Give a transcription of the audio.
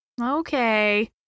Okay